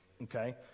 Okay